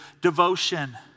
devotion